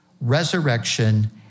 resurrection